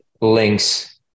links